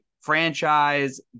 franchise